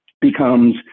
becomes